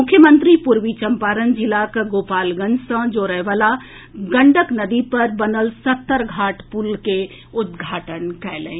मुख्यमंत्री पूर्वी चंपारण जिला के गोपालगंज सॅ जोड़ए वला गंडक नदी पर बनल सत्तरघाट पुल के उद्घाटन कयलनि